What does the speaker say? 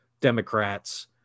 Democrat's